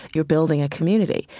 you're building a community.